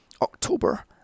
October